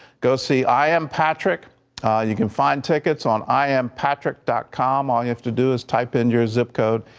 go see i am patrick you can find tickets on i am patrick com, all you have to do is type in your zip code,